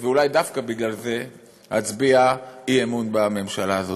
ואולי דווקא בגלל זה, אצביע אי-אמון בממשלה הזאת.